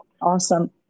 Awesome